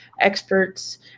experts